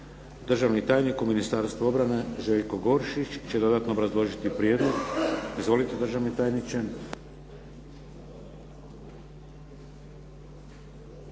Državni tajnik u Ministarstvu obrane, Željko Goršić će dodatno obrazložiti prijedlog. Izvolite državni tajniče.